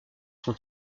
son